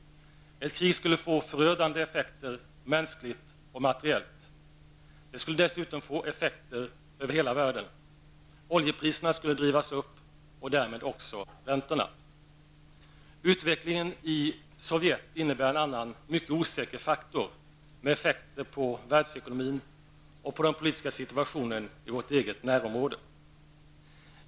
Ett krig skulle få förödande effekter, mänskligt och materiellt. Det skulle dessutom få ekonomiska effekter över hela världen. Oljepriserna skulle drivas upp och därmed också räntorna. Utvecklingen i Sovjet innebär en annan mycket osäker faktor med effekter på världsekonomin och på den politiska situationen i vårt eget närområde.